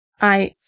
I-